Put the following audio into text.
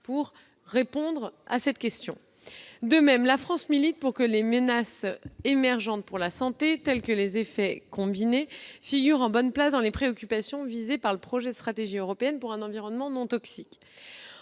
pour répondre à cette question. De même, la France milite pour que les menaces émergentes pour la santé, telles que les effets combinés, figurent en bonne place dans les préoccupations visées par le projet de stratégie européenne pour un environnement non toxique.